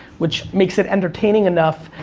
which makes it entertaining enough.